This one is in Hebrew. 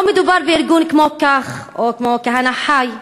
לא מדובר בארגון כמו "כך", או כמו "כהנא חי",